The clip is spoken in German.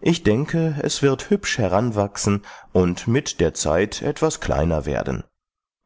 ich denke es wird hübsch heranwachsen und mit der zeit etwas kleiner werden